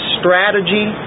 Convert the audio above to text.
strategy